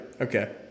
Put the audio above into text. Okay